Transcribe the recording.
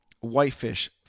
Whitefish